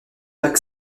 lacs